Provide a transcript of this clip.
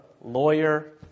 lawyer